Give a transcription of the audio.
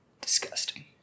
Disgusting